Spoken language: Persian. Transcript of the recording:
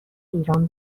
ایران